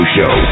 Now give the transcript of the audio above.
Show